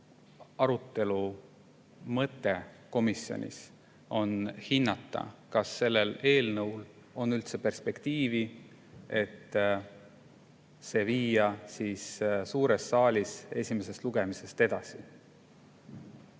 arutelu mõte komisjonis on hinnata, kas eelnõul on üldse perspektiivi, et see viia suures saalis esimesest lugemisest edasi.